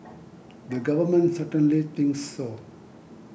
the government certainly thinks so